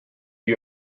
you